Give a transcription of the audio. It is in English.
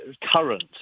current